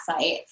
site